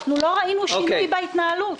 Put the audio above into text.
אנחנו לא ראינו שינוי בהתנהלות.